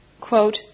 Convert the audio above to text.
quote